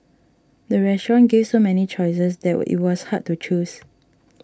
the restaurant gave so many choices that will it was hard to choose